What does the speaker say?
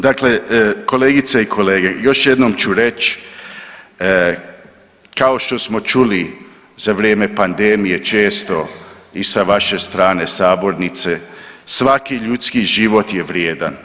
Dakle kolegice i kolege, još jednom ću reći, kao što smo čuli za vrijeme pandemije često i sa vaše strane sabornice, svaki ljudski život je vrijedan.